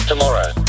Tomorrow